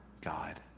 God